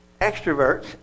Extroverts